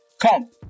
come